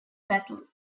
battle